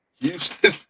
Houston